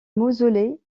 mausolée